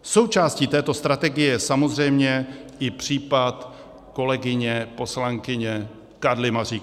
Součástí této strategie je samozřejmě i případ kolegyně poslankyně Karly Maříkové.